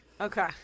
Okay